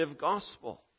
gospel